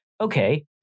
okay